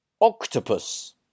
Octopus